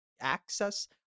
access